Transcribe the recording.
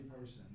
person